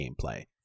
gameplay